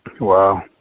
Wow